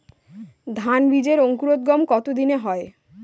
ধান বীজের অঙ্কুরোদগম কত দিনে হয়?